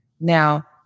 now